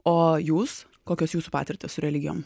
o jūs kokios jūsų patirtys su religijom